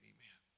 Amen